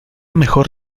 mejor